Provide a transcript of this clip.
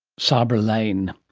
sabra lane.